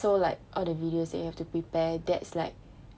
so like all the videos that you have to prepare that's like